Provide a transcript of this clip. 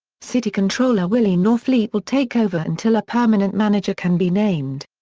city controller willie norfleet will take over until a permanent manager can be named.